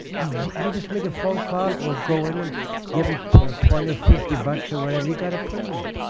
you just make a phone call or go in and give them twenty, fifty bucks or whatever, you got a permit.